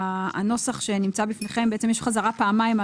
בנוסח שנמצא בפניכם יש חזרה פעמיים,